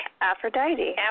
Aphrodite